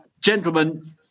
Gentlemen